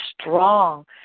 strong